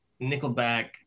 Nickelback